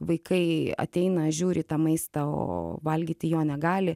vaikai ateina žiūri į tą maistą o valgyti jo negali